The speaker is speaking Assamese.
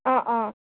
অঁ অঁ